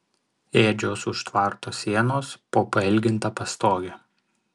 ėdžios už tvarto sienos po pailginta pastoge